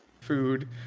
food